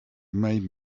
made